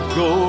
go